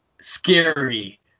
scary